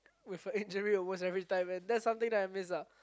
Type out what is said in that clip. with an injury almost every time and that's something that I missed out